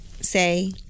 say